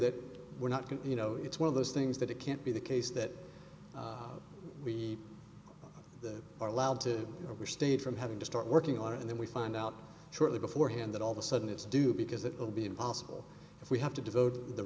that we're not going to you know it's one of those things that it can't be the case that we are allowed to overstate from having to start working on it and then we find out shortly before hand that all the sudden it's due because it will be impossible if we have to devote the